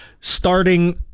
starting